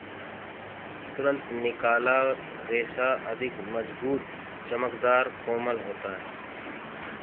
तुरंत निकाला रेशा अधिक मज़बूत, चमकदर, कोमल होता है